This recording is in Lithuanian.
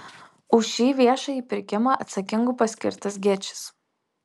už šį viešąjį pirkimą atsakingu paskirtas gečis